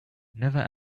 never